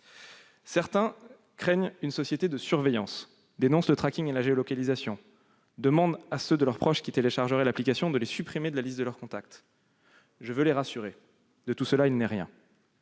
Certains redoutent une société de la surveillance, dénoncent le et la géolocalisation, demandent à ceux de leurs proches qui téléchargeraient l'application de les supprimer de la liste de leurs contacts. Je veux les rassurer : de tout cela, il n'est en